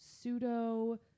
pseudo